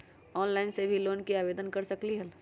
Online से भी loan के आवेदन कर सकलीहल?